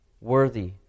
worthy